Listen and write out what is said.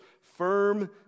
firm